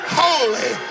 holy